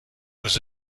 was